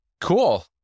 cool